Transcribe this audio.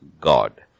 God